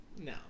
No